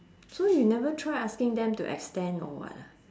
so you never try asking them to extend or what ah